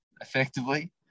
effectively